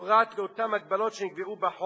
פרט לאותן הגבלות שנקבעו בחוק,